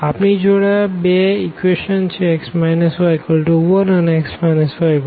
આપણી જોડે આ બે ઇક્વેશન છે x y1 અને x y 2